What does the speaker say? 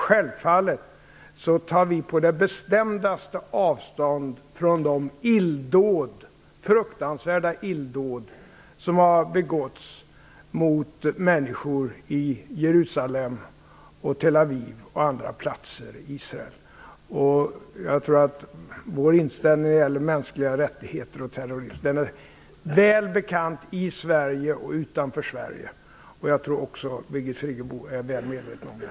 Självfallet tar vi på det bestämdaste avstånd från de fruktansvärda illdåd som har begåtts mot människor i Jerusalem och Tel Aviv och på andra platser i Israel. Jag tror att vår inställning när det gäller mänskliga rättigheter och terrorism är väl bekant i och utanför Sverige. Jag tror också att Birgit Friggebo är väl medveten om det.